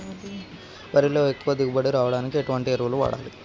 వరిలో ఎక్కువ దిగుబడి రావడానికి ఎటువంటి ఎరువులు వాడాలి?